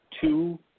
two